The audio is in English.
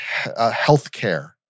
healthcare